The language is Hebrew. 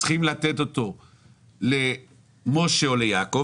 צריכים לתת אותו למשה או ליעקב?